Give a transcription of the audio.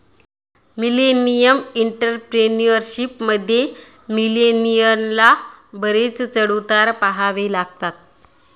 millennial entrepreneurship मध्ये, मिलेनियलना बरेच चढ उतार पहावे लागतात